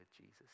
Jesus